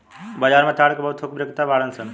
बाजार में ताड़ के बहुत थोक बिक्रेता बाड़न सन